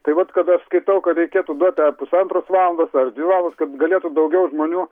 tai vat kad aš skaitau ka reikėtų duot tą pusantros valandos ar dvi valandas kad galėtų daugiau žmonių